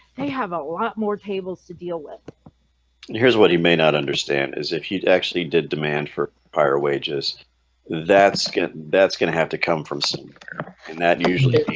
they have a lot more tables to deal with here's what you may not understand is if you'd actually did demand for higher wages that's that's gonna have to come from some and that usually